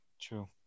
True